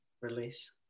release